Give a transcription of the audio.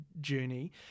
journey